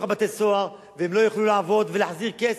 בתי-הסוהר והם לא יוכלו לעבוד ולהחזיר כסף,